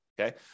okay